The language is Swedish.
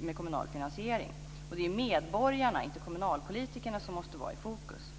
med kommunal finansiering. Det är medborgarna - inte kommunalpolitikerna - som måste vara i fokus.